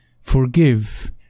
forgive